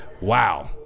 Wow